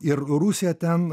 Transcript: ir rusija ten